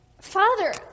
Father